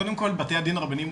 קודם כל בתי הדין הרבניים,